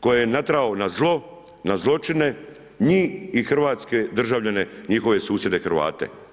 koje je natjerao na zlo, na zločine, njih i hrvatske državljane njihove susjede Hrvate.